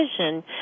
vision